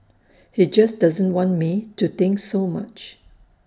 he just doesn't want me to think so much